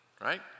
right